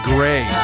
Gray